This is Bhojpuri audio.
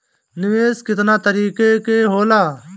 निवेस केतना तरीका के होला?